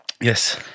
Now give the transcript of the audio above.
Yes